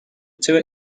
two